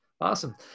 Awesome